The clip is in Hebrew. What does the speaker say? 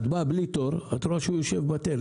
את באה בלי תור, את רואה שהוא יושב בטל.